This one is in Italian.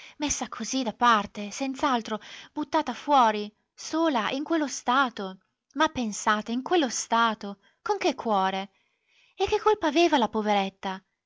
messa così da parte senz'altro buttata fuori sola in quello stato ma pensate in quello stato con che cuore e che colpa aveva la poveretta